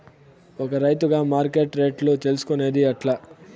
ఒక రైతుగా మార్కెట్ రేట్లు తెలుసుకొనేది ఎట్లా?